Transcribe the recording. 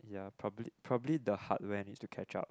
ya probably probably the hardware needs to catch up